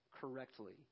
correctly